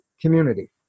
community